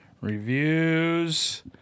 reviews